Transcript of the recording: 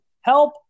help